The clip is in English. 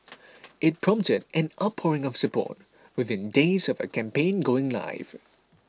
it prompted an outpouring of support within days of her campaign going live